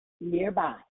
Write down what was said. nearby